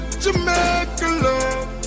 Jamaica